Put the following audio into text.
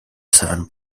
seven